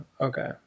Okay